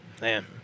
Man